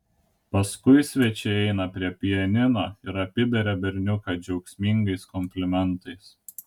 paskui svečiai eina prie pianino ir apiberia berniuką džiaugsmingais komplimentais